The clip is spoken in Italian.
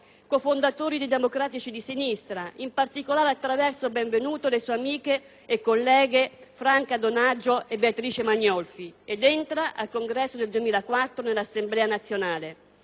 cofondatori dei Democratici di Sinistra, in particolare attraverso Benvenuto e le sue amiche e colleghe, Franca Donaggio e Beatrice Magnolfi, ed entra, al congresso del 2004, nell'Assemblea nazionale.